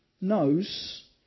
knows